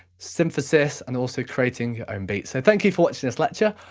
synthesis, and also creating your own beats. so thank you for watching this lecture,